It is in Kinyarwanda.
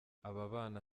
ababana